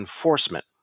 enforcement